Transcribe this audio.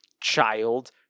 child